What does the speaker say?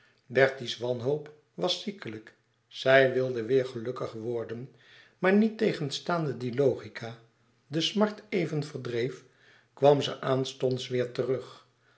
bertie's wanhoop was ziekelijk zij wilde wéêr gelukkig worden maar niettegenstaande die logica de smart even verdreef kwam ze aanstonds weêr terug